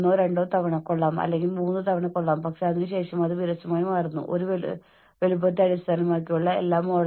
അതിനാൽ നിങ്ങൾ ആ പ്രോജക്റ്റ് മൂന്ന് വർഷത്തിനുള്ളിൽ പൂർത്തിയാക്കണമെങ്കിൽ അതിനാൽ എന്തുതന്നെയായാലും വർഷാടിസ്ഥാനത്തിൽ തരം തിരിക്കേണ്ടത് ആവശ്യമാണ്